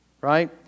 Right